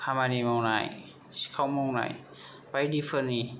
खामानि मावनाय सिखाव मावनाय बायदिफोरनि